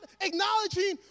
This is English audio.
acknowledging